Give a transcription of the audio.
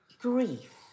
grief